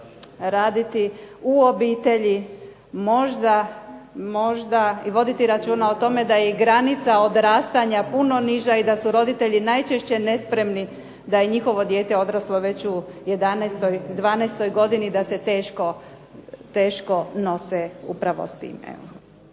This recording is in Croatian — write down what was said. raditi u obitelji, možda i voditi računa o tome da je granica odrastanja puno niža, i da su roditelji najčešće nespremni da je njihovo dijete odraslo već u 11., 12. godini, da se teško nose upravo s tim.